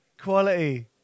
Quality